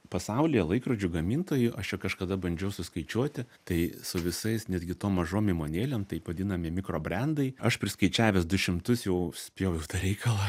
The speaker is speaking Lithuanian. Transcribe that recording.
pasaulyje laikrodžių gamintojų aš čia kažkada bandžiau suskaičiuoti tai su visais netgi tom mažom įmonėlėm taip vadinami mikro brendai aš priskaičiavęs du šimtus jau spjoviau tą reikalą